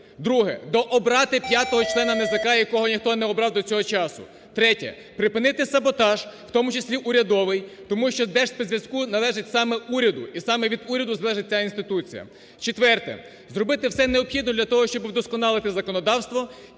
Друге. Дообрати п'ятого члена НАЗК, якого ніхто не обрав до цього часу. Третє. Припинити саботаж, у тому числі урядовий, тому що Держспецзв'язку належить саме уряду і саме від уряду залежить ця інституція. Четверте. Зробити все необхідне для того, щоб удосконалити законодавство.